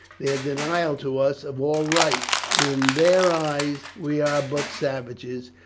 their denial to us of all rights. in their eyes we are but savages,